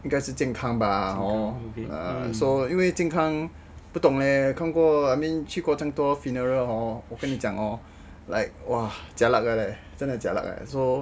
应该是健康吧 hor err so 因为健康不懂嘞看过 err I mean 去过这样多 funeral hor 我跟你讲 hor like !wah! jialat lah leh 真的 jialat leh !wah! so